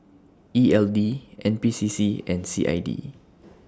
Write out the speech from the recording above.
E L D N P C C and C I D